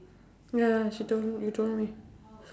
ya she told me you told me